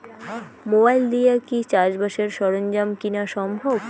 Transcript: Mobile দিয়া কি চাষবাসের সরঞ্জাম কিনা সম্ভব?